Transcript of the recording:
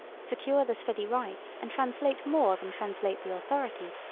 secure the steady rights and translate more than translate the authority,